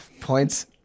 points